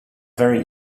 very